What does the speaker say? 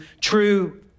true